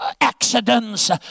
accidents